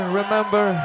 remember